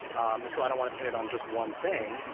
um and so i don't want to pin it on just one thing.